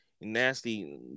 Nasty